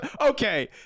Okay